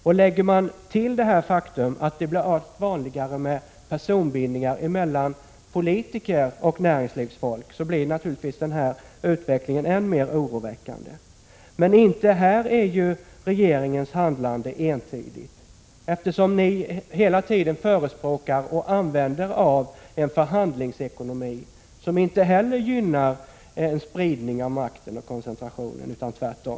Om man till detta faktum lägger att det blir allt vanligare med personbindningar mellan politiker och näringslivsfolk är naturligtvis denna utveckling än mer oroväckande. Men regeringens handlande är inte heller här entydigt, eftersom regeringen hela tiden förespråkar och använder sig av en förhandlingsekonomi som inte heller gynnar en spridning av makten och en minskning av koncentrationen utan tvärt om.